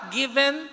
given